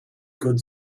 good